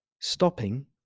stopping